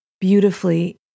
beautifully